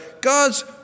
God's